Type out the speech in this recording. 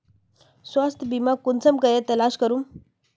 स्वास्थ्य बीमा कुंसम करे तलाश करूम?